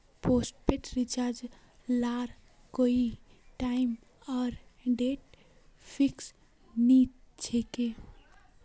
postpaid recharge लार कोए time आर डेट फिक्स नि होछे